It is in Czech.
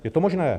Je to možné.